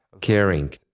caring